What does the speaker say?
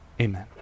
Amen